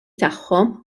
tagħhom